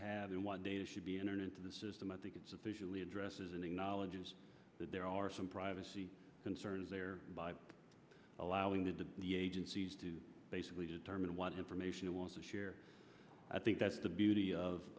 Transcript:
have and one data should be entered into the system i think it's officially addresses and acknowledges that there are some privacy concerns there by allowing to the agencies to basically determine what information you want to share i think that's the beauty of